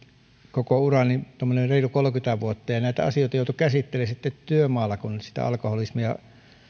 koko urani tuommoiset reilu kolmekymmentä vuotta ja näitä asioita joutui käsittelemään sitten työmaalla kun sitä alkoholismia